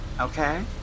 Okay